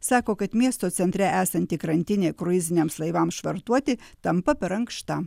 sako kad miesto centre esanti krantinė kruiziniams laivams švartuoti tampa per ankšta